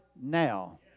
now